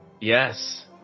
Yes